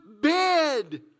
bed